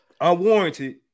unwarranted